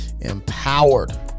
empowered